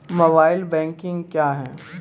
Mobile banking क्या हैं?